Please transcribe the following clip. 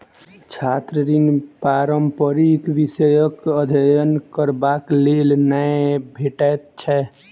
छात्र ऋण पारंपरिक विषयक अध्ययन करबाक लेल नै भेटैत छै